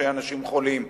של אנשים חולים,